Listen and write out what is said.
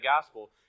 gospel